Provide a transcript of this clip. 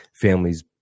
Families